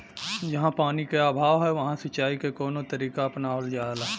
जहाँ पानी क अभाव ह वहां सिंचाई क कवन तरीका अपनावल जा?